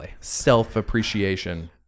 self-appreciation